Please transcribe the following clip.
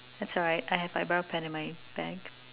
that's alright I have my brow pen in my bag